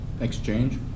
Exchange